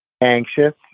anxious